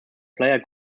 player